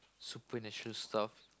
supernatural stuff